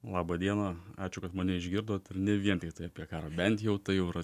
labą dieną ačiū kad mane išgirdot ir ne vien tiktai apie karą bent jau tai jau yra